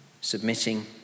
submitting